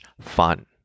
fun